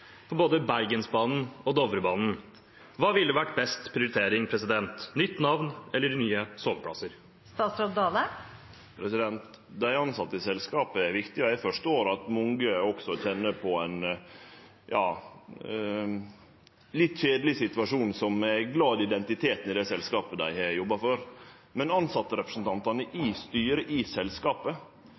både Bergensbanen og Dovrebanen. Hva ville vært best prioritering – nytt navn eller nye soveplasser? Dei tilsette i selskapet er viktige, og eg forstår at mange også kjenner på ein litt kjedeleg situasjon fordi dei er glad i identiteten til selskapet dei har jobba for. Men tilsetterepresentantane i styret i selskapet